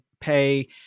pay